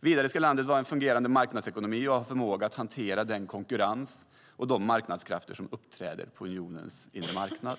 Vidare ska landet vara en fungerande marknadsekonomi och ha förmåga att hantera den konkurrens och de marknadskrafter som uppträder på unionens inre marknad.